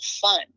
fun